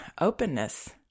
openness